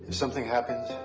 something happens,